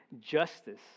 justice